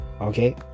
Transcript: okay